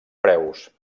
preus